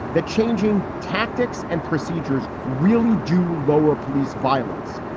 that changing tactics and procedures really do lower police violence.